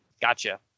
Gotcha